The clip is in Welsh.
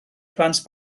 plant